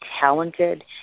talented